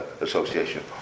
Association